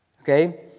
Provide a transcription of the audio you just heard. Okay